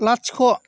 लाथिख'